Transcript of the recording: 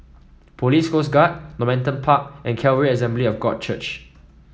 Police Coast Guard Normanton Park and Calvary Assembly of God Church